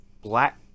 black